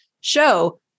show